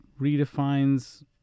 redefines